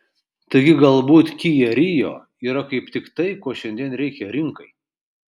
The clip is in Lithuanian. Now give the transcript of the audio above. taigi galbūt kia rio yra kaip tik tai ko šiandien reikia rinkai